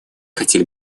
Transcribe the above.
хотели